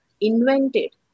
invented